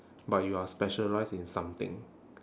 but you are specialised in something